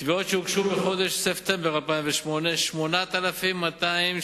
תביעות שהוגשו בחודש ספטמבר 2008, 8,272,